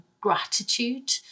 gratitude